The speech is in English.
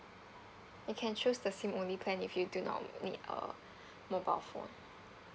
you can choose the SIM only plan if you do not need a mobile phone